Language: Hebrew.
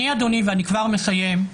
אני כבר מסיים.